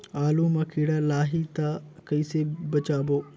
आलू मां कीड़ा लाही ता कइसे बचाबो?